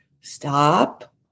Stop